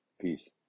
Peace